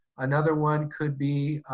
another one could be